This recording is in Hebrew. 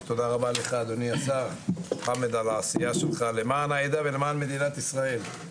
ותודה רבה לך אדוני השר חמד על העשייה שלך למען העדה ולמען מדינת ישראל.